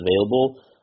available